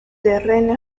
terreno